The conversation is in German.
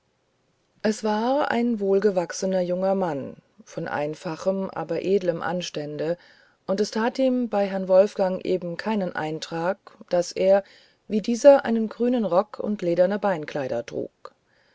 es war ein wohlgewachsener junger mann von einfachem aber edlem anstände und es tat ihm bei herrn wolfgang eben keinen eintrag daß er wie dieser einen grünen rock und lederne beinkleider trug